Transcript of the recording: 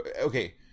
okay